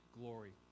glory